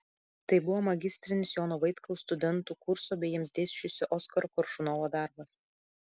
tai buvo magistrinis jono vaitkaus studentų kurso bei jiems dėsčiusio oskaro koršunovo darbas